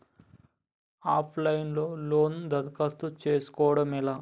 Of line లో loan దరఖాస్తు చేసుకోవడం ఎలా?